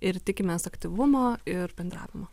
ir tikimės aktyvumo ir bendravimo